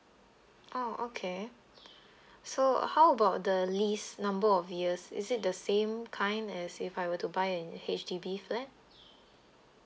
oh okay so how about the lease number of years is it the same kind as if I were to buy an H_D_B flat